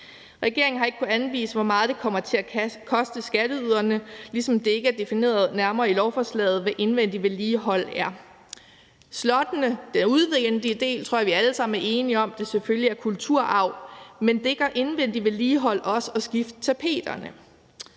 Regeringen har ikke kunnet anvise, hvor meget det kommer til at koste skatteyderne, ligesom det ikke er defineret nærmere i lovforslaget, hvad indvendig vedligehold er. Hvad angår den udvendige del af slottene, tror jeg vi alle sammen er enige om selvfølgelig er kulturarv, men dækker indvendig vedligehold også at skifte tapeterne?